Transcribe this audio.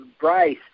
Bryce